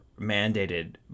mandated